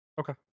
Okay